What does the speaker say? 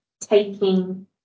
taking